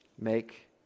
make